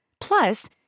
Plus